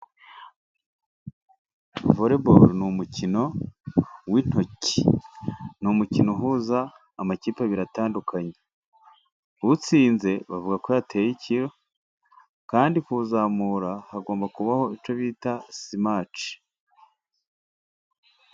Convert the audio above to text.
Voreboro ni umukino w'intoki. Ni umukino uhuza amakipe abiri atandukanye. Utsinze bavuga ko yateye ikiro, kandi kuwuzamura hagomba kubaho icyo bita simaci.